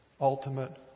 ultimate